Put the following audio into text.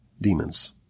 demons